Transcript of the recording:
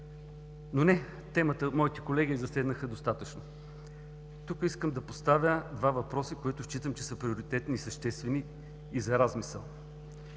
Но не, моите колеги засегнаха темата достатъчно. Тук искам да поставя два въпроса, които считам, че са приоритетни и съществени, и за размисъл.